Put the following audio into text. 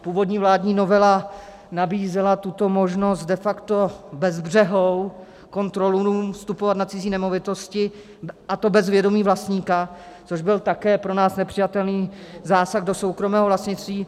Původní vládní novela nabízela tuto možnost de facto bezbřehou kontrolorům vstupovat na cizí nemovitosti, a to bez vědomí vlastníka, což byl také pro nás nepřijatelný zásah do soukromého vlastnictví.